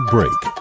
Break